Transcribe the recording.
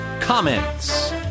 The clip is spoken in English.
comments